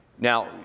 now